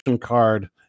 card